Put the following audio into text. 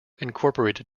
incorporated